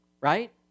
right